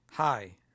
Hi